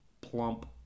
plump